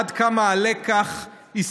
ומדויק.